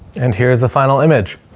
and here's the final image.